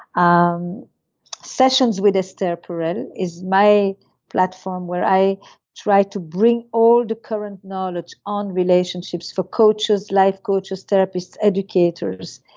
um sessions with esther perel is my platform where i try to bring all the current knowledge on relationships for coaches, life coaches, therapist educators,